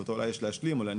ואותו יש להשלים,